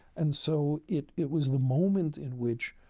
and so, it it was the moment in which,